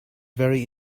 very